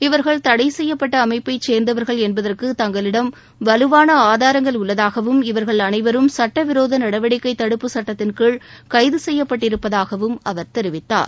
இவர்கள் தடை செய்யப்பட்ட அமைப்பை சேர்ந்தவர்கள் என்பதற்கு தங்களிடம் வலுவான ஆதாரங்கள் உள்ளதாகவும் இவர்கள் அனைவரும் சுட்டவிரோத நடவடிக்கை தடுப்பு சுட்டத்தின்கீழ் கைது செய்யப்பட்டிருப்பதாகவும் அவர் தெரிவித்தார்